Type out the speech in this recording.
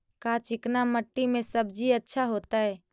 का चिकना मट्टी में सब्जी अच्छा होतै?